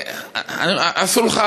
עשו לך,